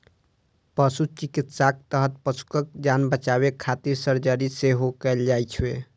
पशु चिकित्साक तहत पशुक जान बचाबै खातिर सर्जरी सेहो कैल जाइ छै